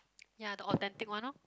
ya the authentic one loh